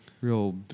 Real